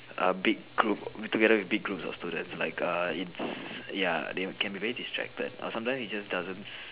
a big group together with a big group of students like a in ya they can be very distracted or sometimes it just doesn't